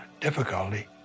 difficulty